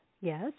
Yes